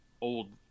old